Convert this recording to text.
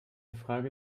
frage